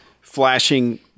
flashing